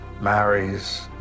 marries